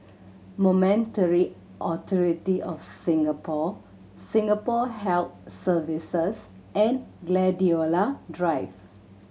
Monetary Authority Of Singapore Singapore Health Services and Gladiola Drive